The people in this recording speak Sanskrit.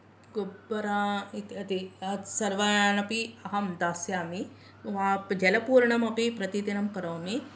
गोब्बरा इति अपि सर्वान् अपि अहं दास्यामि जलपूरणमपि प्रतिदिनं करोमि